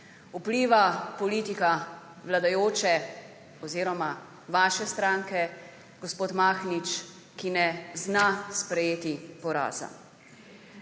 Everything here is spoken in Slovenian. Vpliva politika vladajoče oziroma vaše stranke, gospod Mahnič, ki ne zna sprejeti poraza.